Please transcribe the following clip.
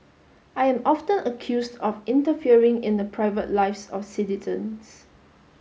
I am often accused of interfering in the private lives of citizens